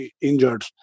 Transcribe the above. injured